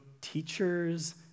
teachers